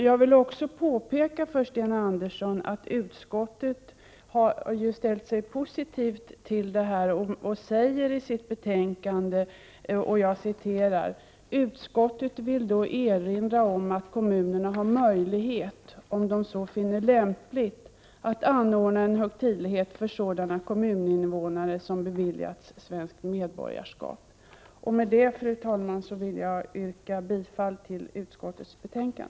Jag vill också påpeka för Sten Andersson att utskottet har ställt sig positivt till förslaget och uttalar i sitt betänkande: ”Utskottet vill dock erinra om att kommunerna har möjlighet, om de så finner lämpligt, att anordna en högtidlighet för sådana kommuninvånare som beviljats svenskt medborgarskap.” Med det, fru talman, vill jag yrka bifall till utskottets hemställan.